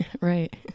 Right